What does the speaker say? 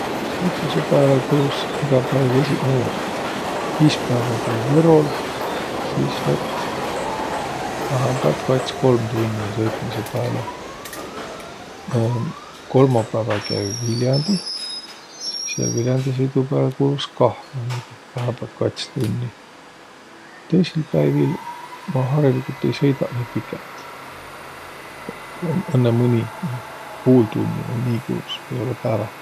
Süitmisõ pääle kulus egä päiv esiqmuudu. Iispäävä käü Võrol, sis lät vähämbält kats-kolm tunni sõitmisõ pääle. Kolmapäävä käü Viljandih, sis jälq Viljandi sõidu pääle kulus kah määnegi vähämbält kats tunni. A tõisil päivil ma hariligult ei sõidaq nii pikält, õnnõ müni puul tunni vai nii kulus pääväh.